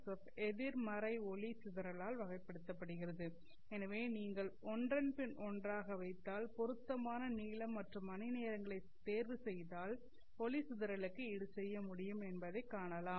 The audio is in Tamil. எஃப் எதிர்மறை ஒளி சிதறலால் வகைப்படுத்தப்படுகிறது எனவே நீங்கள் ஒன்றன் பின் ஒன்றாக வைத்தால் பொருத்தமான நீளம் மற்றும் மணிநேரங்களைத் தேர்வுசெய்தால் ஒளி சிதறலுக்கு ஈடு செய்ய முடியும் என்பதைக் காணலாம்